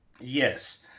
Yes